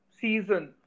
season